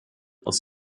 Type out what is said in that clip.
aus